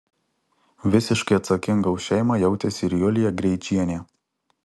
visiškai atsakinga už šeimą jautėsi ir julija greičienė